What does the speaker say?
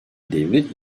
devlet